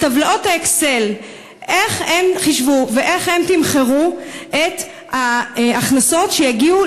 את טבלאות ה"אקסל" איך הם חישבו ואיך הם תמחרו את ההכנסות שיגיעו,